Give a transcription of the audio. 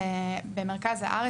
גם ברמה הלאומית,